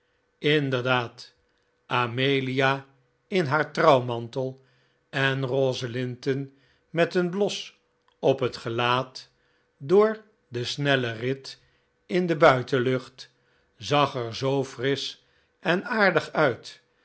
inderdaad amelia in haar trouwmantel en rose linten met een bios op het gelaat door den snellen rit in de buitenlucht zag er zoo frisch en aardig uit